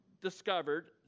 discovered